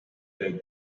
dead